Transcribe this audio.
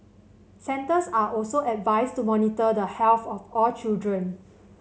centres are also advised to monitor the health of all children